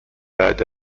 بعد